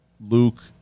Luke